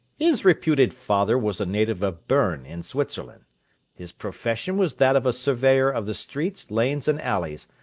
his reputed father was a native of berne, in switzerland his profession was that of a surveyor of the streets, lanes, and alleys,